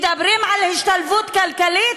מדברים על השתלבות כלכלית?